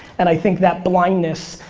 and i think that blindness.